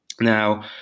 Now